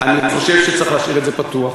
אני חושב שצריך להשאיר את זה פתוח,